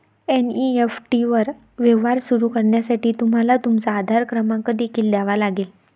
NEFT वर व्यवहार सुरू करण्यासाठी तुम्हाला तुमचा आधार क्रमांक देखील द्यावा लागेल